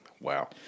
Wow